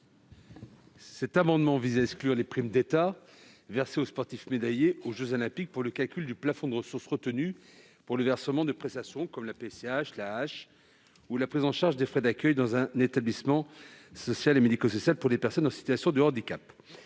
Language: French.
Cet amendement tend à exclure les primes d'État versées aux sportifs médaillés aux jeux Paralympiques pour le calcul du plafond de ressources retenues pour le versement de prestations, comme la PCH ou l'AAH, ou pour la prise en charge des frais d'accueil dans un établissement social ou médico-social pour les personnes en situation de handicap.